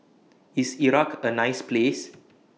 IS Iraq A nice Place